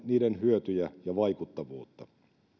niiden hyötyjä ja vaikuttavuutta